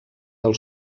del